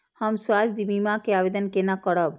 हम स्वास्थ्य बीमा के आवेदन केना करब?